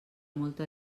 molta